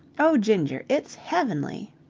oh, ginger, it's heavenly!